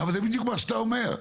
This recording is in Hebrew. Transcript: אבל זה בדיוק מה שאתה אומר,